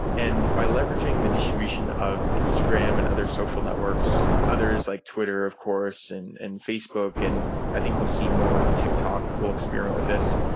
and by leveraging the distribution of instagram and other social networks, other like twitter, of course, and and facebook, and i think we'll see more around tiktok will experiment with this.